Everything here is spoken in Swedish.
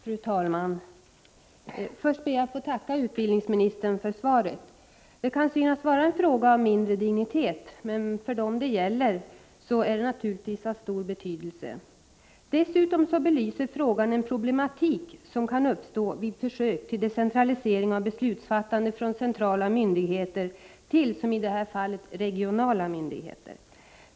Fru talman! Först ber jag att få tacka utbildningsministern för svaret. Detta kan synas vara en fråga av mindre dignitet, men för dem den gäller är den naturligtvis av stor betydelse. Dessutom belyser frågan en problematik som kan uppstå vid försök till decentralisering av beslutsfattande från centrala myndigheter till i detta fall regionala myndigheter.